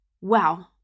wow